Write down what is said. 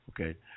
Okay